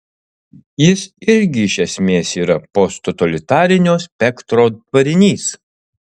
jis irgi iš esmės yra posttotalitarinio spektro tvarinys